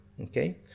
okay